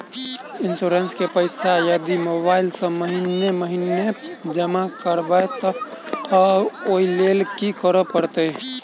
Insurance केँ पैसा यदि मोबाइल सँ महीने महीने जमा करबैई तऽ ओई लैल की करऽ परतै?